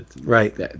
Right